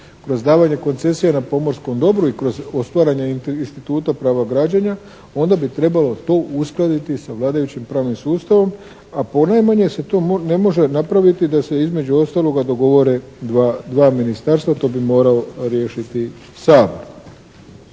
kroz davanje koncesija na pomorskom dobru i kroz ostvarenje instituta prava građenja onda bi trebalo to uskladiti sa vladajućim pravnim sustavom a ponajmanje se to ne može napraviti da se između ostaloga dogovore dva ministarstva. To bi morao riješiti Sabor.